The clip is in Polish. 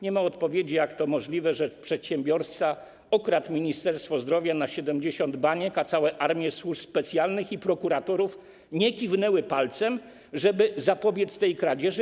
Nie ma odpowiedzi, jak to możliwe, że przedsiębiorca okradł Ministerstwo Zdrowia na 70 baniek, a całe armie służb specjalnych i prokuratorów nie kiwnęły palcem, żeby zapobiec tej kradzieży.